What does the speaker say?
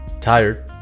Tired